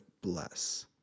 bless